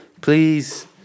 please